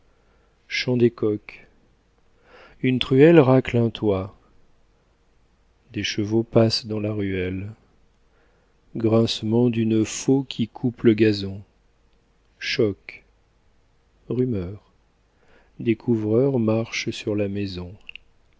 chant des coqs une truelle racle un toit des chevaux passent dans la ruelle grincement d'une faulx qui coupe le gazon chocs rumeurs des couvreurs marchent sur la maison